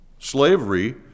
slavery